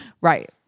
Right